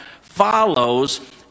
follows